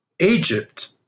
Egypt